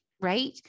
right